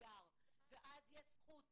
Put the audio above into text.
נסגר ואז יש זכות